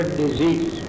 disease